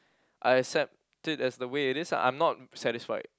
I accept it as the way it is ah I'm not satisfied